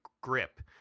grip